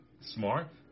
smart